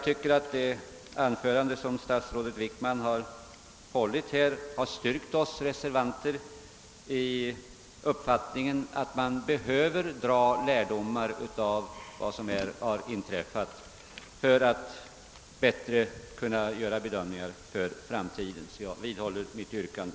Det anförande som statsrådet Wickman har hållit har styrkt oss reservanter i uppfattningen att man behöver dra lärdom av vad som nu har inträffat för att kunna göra bättre bedömningar för framtiden. Jag vidhåller därför mitt yrkande.